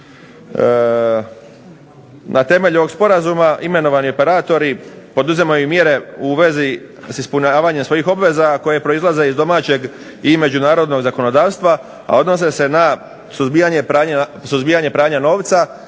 Na temelju ovog sporazuma imenovani operatori poduzimaju mjere u vezi s ispunjavanjem svojih obveza, a koji proizlaze iz domaćeg i međunarodnog zakonodavstva, a odnose se na suzbijanje pranja novca,